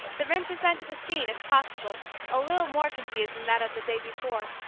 the room presented a scene if possible a little more confused than that of the day before,